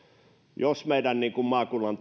jos meillä maakunnan